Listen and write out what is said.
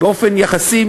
באופן יחסי,